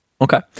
Okay